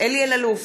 אלי אלאלוף,